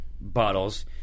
bottles